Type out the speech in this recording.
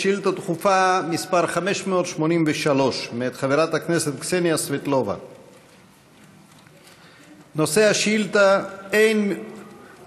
שעה 11:00 תוכן העניינים שאילתות דחופות 5 583. אין מרכזים